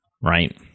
right